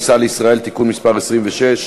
(תיקון מס' 9)